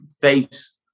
face